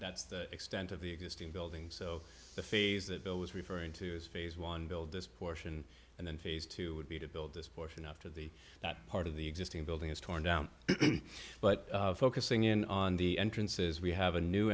that's the extent of the existing building so the phase that bill was referring to is phase one build this portion and then phase two would be to build this portion up to the that part of the existing building is torn down but focusing in on the entrances we have a new